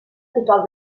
total